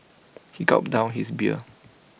he gulped down his beer